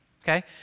okay